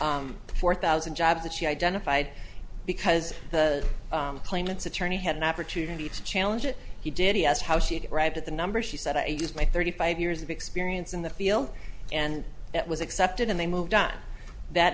her four thousand jobs that she identified because the planet's attorney had an opportunity to challenge it he did he asked how she arrived at the number she said i use my thirty five years of experience in the field and that was accepted and they moved on that